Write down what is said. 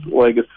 legacy